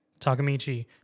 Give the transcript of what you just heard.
Takamichi